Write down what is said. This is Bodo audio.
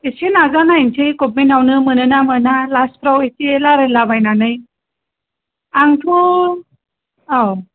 खेबसे नाजानायसै गबमेननावनो मोनोना मोना लास्थफ्राव एसे रायलायलाबायनानै आंथ' औ